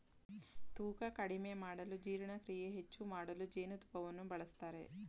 ತೂಕ ಕಡಿಮೆ ಮಾಡಲು ಜೀರ್ಣಕ್ರಿಯೆ ಹೆಚ್ಚು ಮಾಡಲು ಜೇನುತುಪ್ಪವನ್ನು ಬಳಸ್ತರೆ